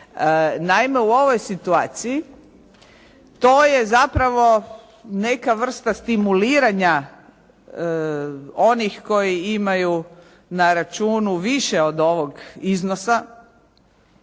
Naime u ovoj situaciji to je zapravo neka vrsta stimuliranja onih koji imaju na računu više od ovog iznosa,